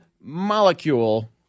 molecule